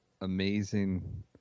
amazing